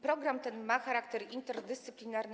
Program ten ma charakter interdyscyplinarny.